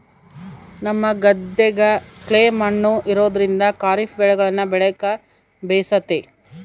ನಮ್ಮ ಗದ್ದೆಗ ಕ್ಲೇ ಮಣ್ಣು ಇರೋದ್ರಿಂದ ಖಾರಿಫ್ ಬೆಳೆಗಳನ್ನ ಬೆಳೆಕ ಬೇಸತೆ